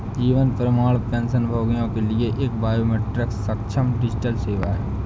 जीवन प्रमाण पेंशनभोगियों के लिए एक बायोमेट्रिक सक्षम डिजिटल सेवा है